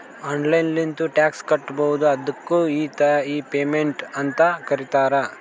online ಲಿಂತ್ನು tax ಕಟ್ಬೋದು ಅದ್ದುಕ್ ಇ ಪೇಮೆಂಟ್ ಅಂತ್ ಕರೀತಾರ